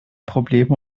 probleme